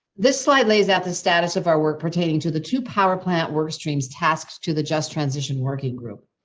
this slide lays out the status of our work pertaining to the two power plant work streams, tasks to the just transition working group.